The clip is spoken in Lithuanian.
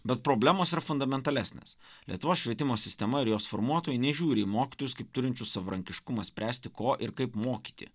bet problemos yra fundamentalesnės lietuvos švietimo sistema ir jos formuotojai nežiūri į mokytojus kaip turinčius savarankiškumą spręsti ko ir kaip mokyti